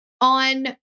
on